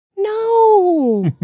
No